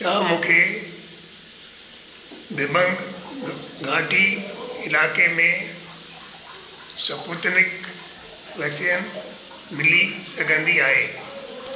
छा मूंखे दिबांग घाटी इलाइक़े में स्पूतनिक वैक्सीन मिली सघंदी आहे